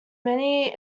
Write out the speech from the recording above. many